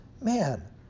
Man